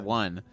one